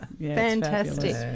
fantastic